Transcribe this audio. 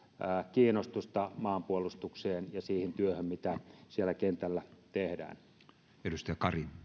kiinnostusta maanpuolustukseen ja siihen työhön mitä siellä kentällä tehdään arvoisa